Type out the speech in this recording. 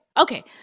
okay